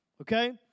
okay